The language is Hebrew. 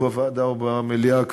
או בוועדה או במליאה,